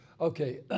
Okay